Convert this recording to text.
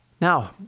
Now